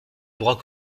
droit